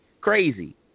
crazy